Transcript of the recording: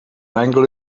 angel